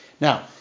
Now